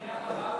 אחריו,